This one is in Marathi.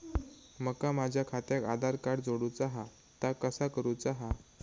माका माझा खात्याक आधार कार्ड जोडूचा हा ता कसा करुचा हा?